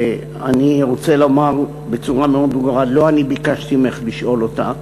אני רוצה לומר בצורה מאוד ברורה: לא אני ביקשתי ממך לשאול אותה.